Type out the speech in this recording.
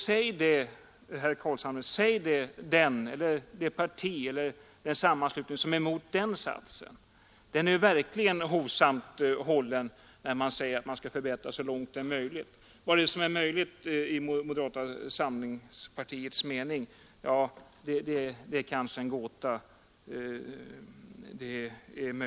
Säg, herr Carlshamre, det parti eller den sammanslutning som är emot den satsen! Den är verkligen hovsamt hållen: man skall förbättra ”så långt det är möjligt”. Vad som är möjligt i moderata samlingspartiets mening är kanske en gåta.